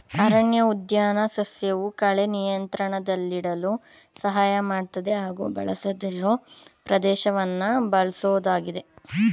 ಅರಣ್ಯಉದ್ಯಾನ ಸಸ್ಯವು ಕಳೆ ನಿಯಂತ್ರಣದಲ್ಲಿಡಲು ಸಹಾಯ ಮಾಡ್ತದೆ ಹಾಗೂ ಬಳಸದಿರೋ ಪ್ರದೇಶವನ್ನ ಬಳಸೋದಾಗಿದೆ